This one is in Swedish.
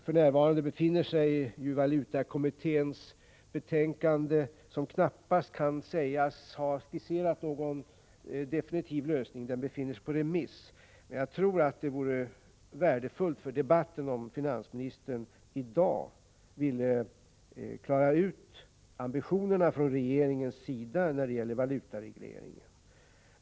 Valutakommitténs betänkande, som för närvarande befinner sig på remiss, kan ju knappast sägas ha skisserat någon definitiv lösning. Jag tror att det vore värdefullt för debatten om finansministern i dag ville klara ut regeringens ambitioner när det gäller valutaregleringen.